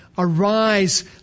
Arise